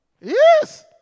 Yes